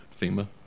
FEMA